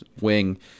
wing